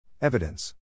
Evidence